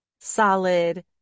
solid